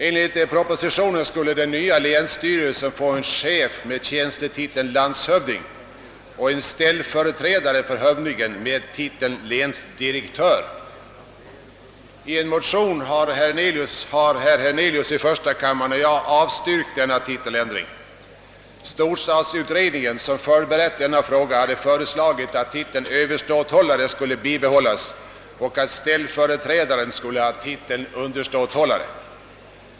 Enligt propositionen skulle den nya länsstyrelsen få en chef med tjänstetiteln landshövding och en ställföreträdare för hövdingen med titeln länsdi rektör. I motioner har herr Hernelius i första kammaren och jag avstyrkt denna titeländring. Storstadsutredningen, som förberett denna fråga, hade föreslagit att titeln överståthållare skulle bibehållas och att ställföreträdaren skulle ha titeln underståthållare.